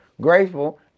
grateful